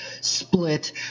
split